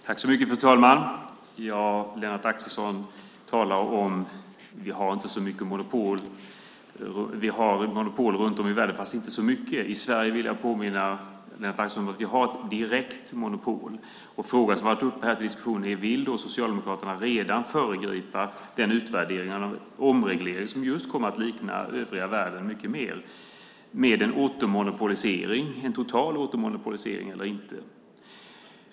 Fru ålderspresident! Lennart Axelsson talar om att vi har monopol runt om i världen, fast inte så mycket. I Sverige, vill jag påminna Lennart Axelsson om, har vi ett direkt monopol. Den fråga som har varit uppe till diskussion är: Vill Socialdemokraterna redan föregripa den utvärdering av omregleringen som just kommer att likna den övriga världen mycket mer, med en total återmonopolisering eller inte?